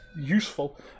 Useful